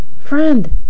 friend